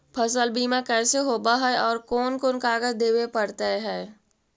फसल बिमा कैसे होब है और कोन कोन कागज देबे पड़तै है?